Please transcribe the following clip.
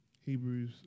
Hebrews